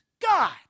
God